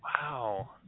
Wow